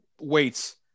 weights